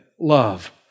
love